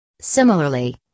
Similarly